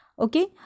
Okay